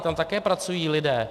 Tam také pracují lidé.